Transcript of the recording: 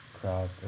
crowd